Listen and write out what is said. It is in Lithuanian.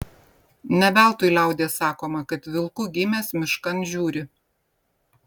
ne veltui liaudies sakoma kad vilku gimęs miškan žiūri